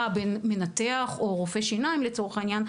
של מנתח או רופא שיניים לצורך העניין,